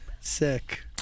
sick